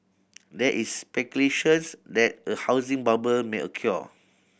there is speculations that a housing bubble may occur